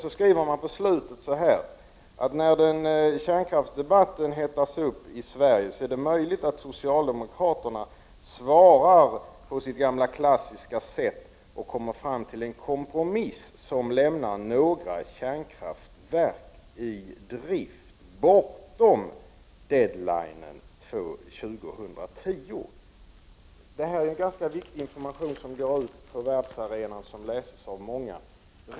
Avslutningsvis skriver man: När kärnkraftsdebatten hettas upp i Sverige är det möjligt att socialdemokraterna svarar på sitt gamla klassiska sätt och kommer fram till en kompromiss som lämnar några kärnkraftsverk i drift bortom ”dead-linen” 2010. Det här är ganska viktig information. Den går ut på världsarenan och läses alltså av många människor.